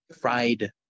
fried